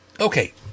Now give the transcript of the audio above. Okay